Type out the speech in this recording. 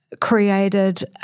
created